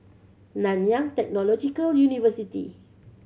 Nanyang Technological University